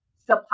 supply